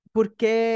Porque